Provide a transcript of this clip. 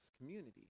community